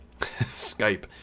Skype